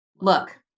Look